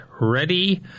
ready